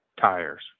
tires